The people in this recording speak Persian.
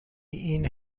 این